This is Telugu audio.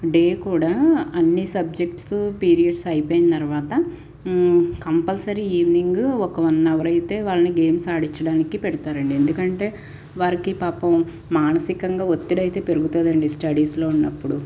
డే కూడా అన్ని సబ్జెక్ట్స్ పీరియడ్స్ అయిపోయిన తర్వాత కంపల్సరీ ఈవినింగ్ ఒక వన్ అవర్ అయితే వాళ్ళని గేమ్స్ ఆడించడానికి పెడతారండి ఎందుకంటే వారికి పాపం మానసికంగా ఒత్తిడి అయితే పెరుగుతుంది అండి స్టడీస్లో ఉన్నప్పుడు